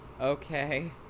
Okay